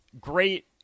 great